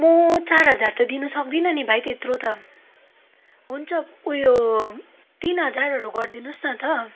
म चार हजार त दिनु सक्दिनँ नि भाइ त्यत्रो त हुन्छ ऊ यो तिन हजारहरू गरिदिनोस् न त